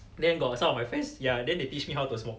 then got some of my friends ya then they teach me how to smoke